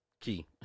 Key